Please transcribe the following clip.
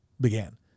began